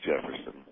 Jefferson